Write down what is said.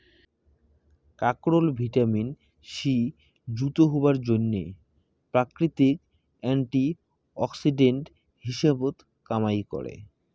কাকরোল vitamin C যুত হবার জইন্যে প্রাকৃতিক অ্যান্টি অক্সিডেন্ট হিসাবত কামাই করে